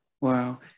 Wow